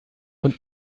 von